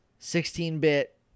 16-bit